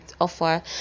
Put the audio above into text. offer